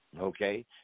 Okay